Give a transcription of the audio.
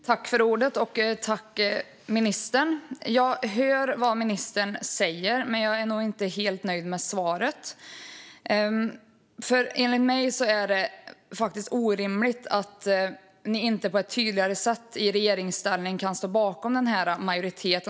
Herr talman! Jag hör vad ministern säger, men jag är inte helt nöjd med svaret. Enligt mig är det faktiskt orimligt att ni i regeringsställning inte på ett tydligare sätt kan stå bakom denna majoritet.